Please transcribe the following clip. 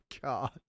God